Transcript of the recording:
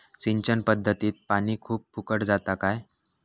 सिंचन पध्दतीत पानी खूप फुकट जाता काय?